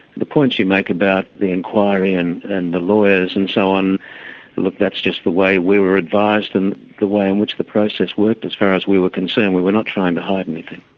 the points you make about the inquiry and and the lawyers and so on look, that's just the way we were advised and the way in which the process worked as far as we were concerned. we were not trying to hide anything.